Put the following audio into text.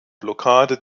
blockade